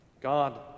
God